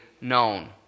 known